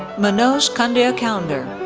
manoaj kandiakounder,